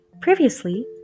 Previously